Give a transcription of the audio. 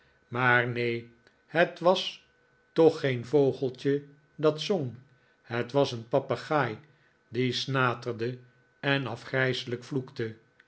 maar neen het was toch geen vogeltje dat zong het was een papegaai die snaterde en afgrijselijk vloekte